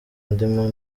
ndimo